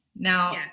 Now